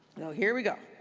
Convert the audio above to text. here we go.